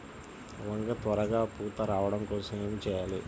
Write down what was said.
వంగ త్వరగా పూత రావడం కోసం ఏమి చెయ్యాలి?